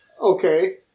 okay